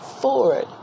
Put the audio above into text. forward